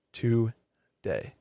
today